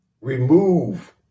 Remove